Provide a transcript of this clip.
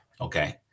okay